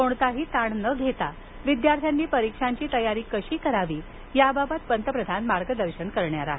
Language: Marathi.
कोणताही ताण न घेता विद्यार्थ्यांनी परीक्षांची तयारी कशी करावी याबाबत ते मार्गदर्शन करणार आहेत